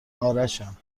ارشم